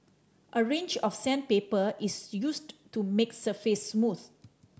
a range of sandpaper is used to make the surface smooth